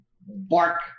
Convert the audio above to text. Bark